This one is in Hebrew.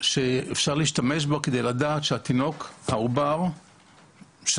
שאפשר להשתמש בו כדי לדעת שהעובר "שתה",